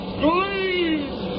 please